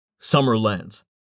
Summerlands